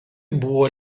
buvo